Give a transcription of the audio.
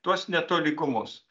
tuos netolygumus